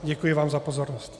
Děkuji vám za pozornost.